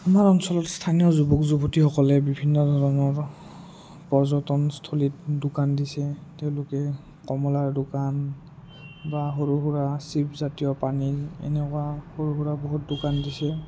আমাৰ অঞ্চলত স্থানীয় যুৱক যুৱতীসকলে বিভিন্ন ধৰণৰ পৰ্যটনস্থলীত দোকান দিছে তেওঁলোকে কমলাৰ দোকান বা সৰু সুৰা চিপছ জাতীয় পানী এনেকুৱা সৰু সুৰা বহুত দোকান দিছে